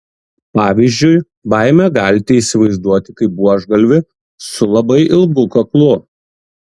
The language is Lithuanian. pavyzdžiui baimę galite įsivaizduoti kaip buožgalvį su labai ilgu kaklu